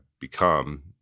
become